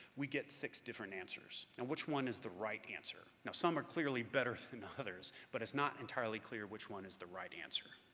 we get six different answers. now and which one is the right answer? now some are clearly better than others, but it's not entirely clear which one is the right answer.